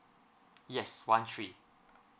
yes one three